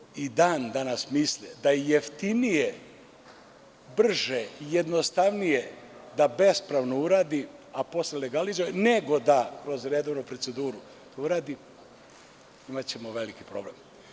Ako građani i dan danas misle da je jeftinije, brže i jednostavnije da bespravno urade, a posle legalizuju, nego da kroz redovnu proceduru urade, imaćemo veliki problem.